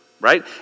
right